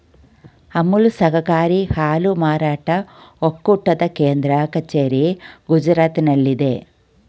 ಅಮುಲ್ ಸಹಕಾರಿ ಹಾಲು ಮಾರಾಟ ಒಕ್ಕೂಟದ ಕೇಂದ್ರ ಕಚೇರಿ ಗುಜರಾತ್ನಲ್ಲಿದೆ